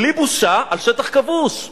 בלי בושה, בשטח כבוש,